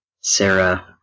Sarah